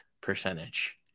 percentage